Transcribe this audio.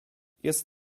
jest